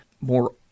more